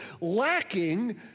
lacking